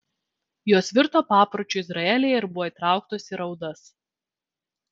jos virto papročiu izraelyje ir buvo įtrauktos į raudas